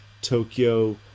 Tokyo